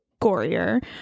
gorier